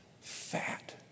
fat